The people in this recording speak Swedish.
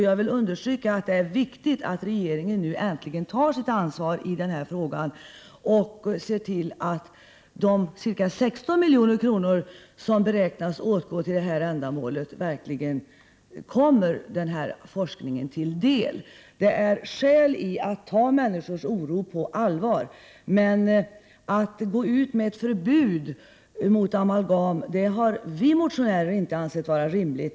Jag vill understryka att det är viktigt att regeringen nu äntligen tar sitt ansvar i denna fråga och ser till att de ca 16 milj.kr. som beräknas åtgå för detta ändamål verkligen kommer forskningen till del. Det finns skäl att ta människors oro på allvar. Att gå ut med förbud mot amalgam har vi motionärer emellertid inte ansett vara rimligt.